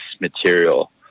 material